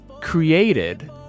created